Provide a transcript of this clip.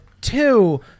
two